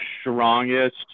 strongest